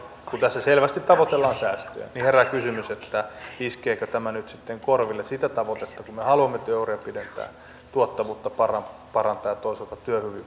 kun tässä selvästi tavoitellaan säästöjä niin iskeekö tämä nyt sitten toisaalta korville sitä tavoitetta kun me haluamme työuria pidentää tuottavuutta parantaa ja toisaalta työhyvinvointia parantaa